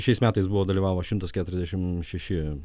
šiais metais buvo dalyvavo šimtas keturiasdešim šeši